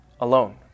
alone